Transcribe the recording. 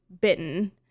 bitten